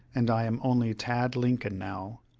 and i am only tad lincoln now,